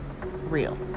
real